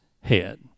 head